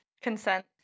consent